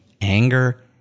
anger